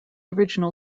original